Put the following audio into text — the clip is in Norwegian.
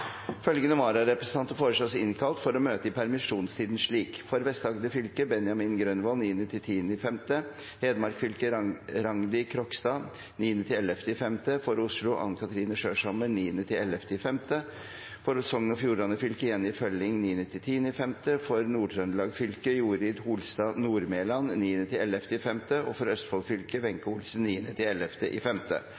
Følgende vararepresentanter innkalles for å møte i permisjonstiden slik: For Vest-Agder fylke: Benjamin Grønvold 9.–10. mai For Hedmark fylke: Rangdi Krogstad 9.–11. mai For Oslo fylke: Ann Kathrine Skjørshammer 9.–11. mai For Sogn og Fjordane fylke: Jenny Følling 9.–10. mai For Nord-Trøndelag fylke: Jorid Holstad Nordmelan 9.–11. mai For Østfold fylke: